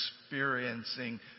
experiencing